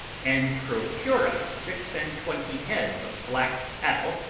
and procure us six-and-twenty head of black cattle,